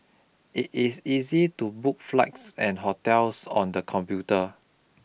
it is easy to book flights and hotels on the computer